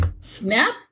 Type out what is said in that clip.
snap